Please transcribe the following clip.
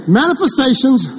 manifestations